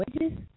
Wages